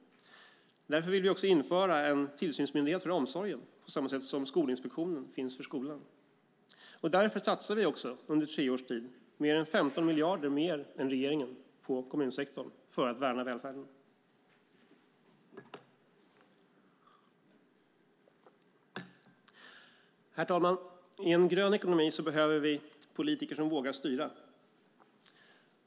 Därför vill vi införa en tillsynsmyndighet för omsorgen på samma sätt som Skolinspektionen finns för skolan. Därför satsar vi också under tre års tid 15 miljarder mer än regeringen på kommunsektorn för att värna välfärden. Herr talman! I en grön ekonomi behöver vi politiker som vågar styra.